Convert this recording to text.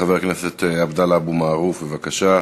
חבר הכנסת עבדאללה אבו מערוף, בבקשה.